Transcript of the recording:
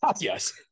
yes